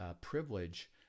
privilege